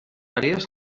àrees